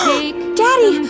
Daddy